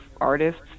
artists